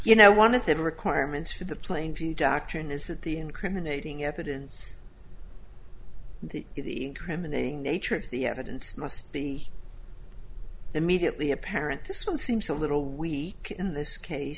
you know one of the requirements for the plainview doctrine is that the incriminating evidence the criminal nature of the evidence must be immediately apparent this one seems a little weak in this case